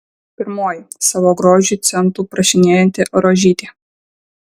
pirmoji savo grožiui centų prašinėjanti rožytė